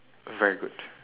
very good